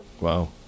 Wow